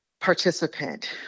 participant